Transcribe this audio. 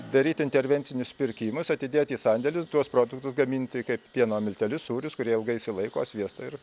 daryt intervencinius pirkimus atidėt į sandėlius tuos produktus gaminti kaip pieno miltelius sūrius kurie ilgai išsilaiko sviestą ir